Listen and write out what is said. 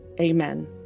Amen